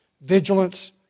Vigilance